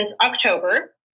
October